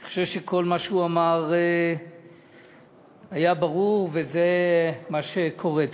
אני חושב שכל מה שהוא אמר היה ברור, וזה מה שקורה.